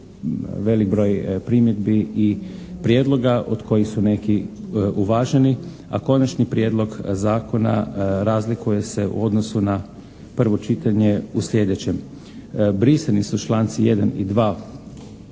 velik broj primjedbi i prijedloga od kojih su neki uvaženi, a Konačni prijedlog Zakona razlikuje se u odnosu na prvo čitanje u sljedećem. Brisani su članci 1. i 2.